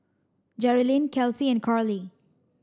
Jerilynn Kelsi and Carlie